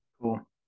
Cool